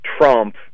Trump